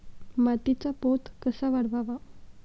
मातीचा पोत कसा वाढवावा?